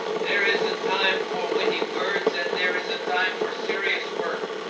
there is a time for witty words and there is a time for serious work.